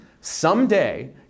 someday